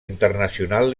internacional